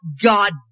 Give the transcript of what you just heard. God